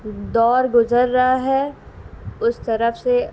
دور گزر رہا ہے اس طرف سے